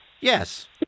yes